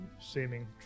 seeming